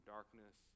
Darkness